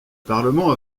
parlement